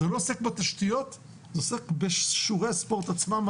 זה לא עוסק בתשתיות, זה עוסק בשיעורי הספורט עצמם.